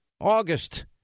August